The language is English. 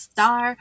Star